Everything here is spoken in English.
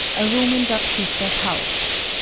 a room in baptista's house.